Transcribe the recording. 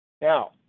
now